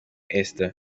esther